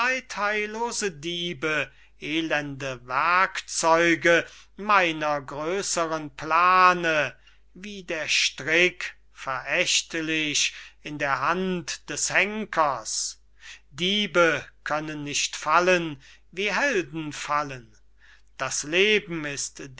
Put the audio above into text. elende werkzeuge meiner grösern plane wie der strick verächtlich in der hand des henkers diebe können nicht fallen wie helden fallen das leben ist